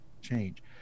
change